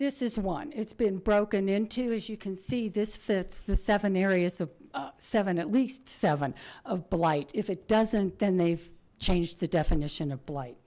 this is one it's been broken into as you can see this fits the seven areas of seven at least seven of blight if it doesn't then they've changed the definition of blight